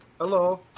Hello